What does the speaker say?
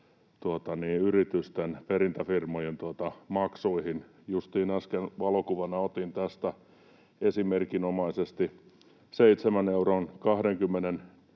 yritysten, perintäfirmojen maksuihin. Justiin äsken valokuvana otin tästä esimerkinomaisesti: 7,24